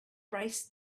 braced